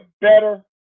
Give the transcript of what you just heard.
better